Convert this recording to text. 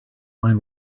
mind